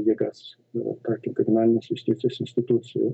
jėgas ir kartu kriminalinės justicijos institucijų